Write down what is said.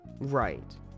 Right